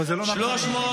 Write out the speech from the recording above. אבל זה לא נכון, עמית.